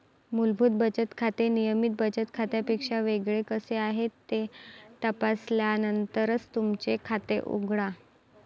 मूलभूत बचत खाते नियमित बचत खात्यापेक्षा वेगळे कसे आहे हे तपासल्यानंतरच तुमचे खाते उघडा